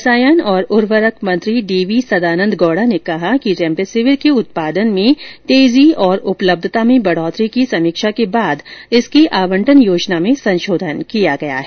रसायन और उर्वरक मंत्री डीवी सदानंद गौडा ने कहा कि रेमडेसिविर कें उत्पादन में तेजी और उपलब्धता में बढोतरी की समीक्षा के बाद इसकी आवंटन योजना में संशोधन किया गया है